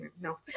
No